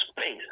space